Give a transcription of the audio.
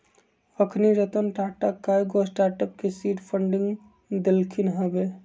अखनी रतन टाटा कयगो स्टार्टअप के सीड फंडिंग देलखिन्ह हबे